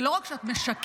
ולא רק שאת משקרת,